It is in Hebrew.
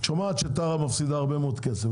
את שומעת שטרה מפסידה הרבה מאוד כסף,